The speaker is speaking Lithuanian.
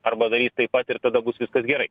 arba darys taip pat ir tada bus viskas gerai